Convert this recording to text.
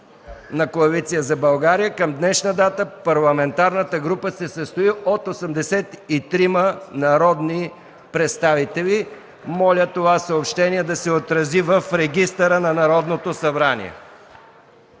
на Коалиция за България към днешна дата парламентарната група се състои от 83 народни представители. Моля това съобщение да се отрази в регистъра на Народното събрание.